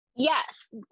Yes